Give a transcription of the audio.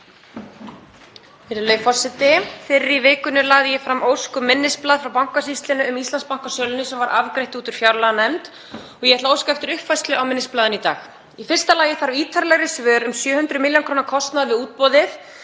Virðulegur forseti. Fyrr í vikunni lagði ég fram ósk um minnisblað frá Bankasýslunni um Íslandsbankasöluna sem var afgreidd úr fjárlaganefnd. Ég ætla að óska eftir uppfærslu á minnisblaðinu í dag. Í fyrsta lagi þarf ítarlegri svör um 700 millj. kr. kostnað við útboðið.